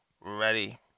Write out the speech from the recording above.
Ready